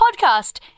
podcast